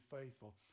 faithful